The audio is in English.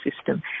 system